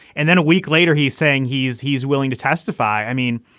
and then a week later, he's saying he's he's willing to testify. i mean,